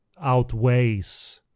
outweighs